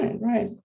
right